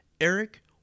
Eric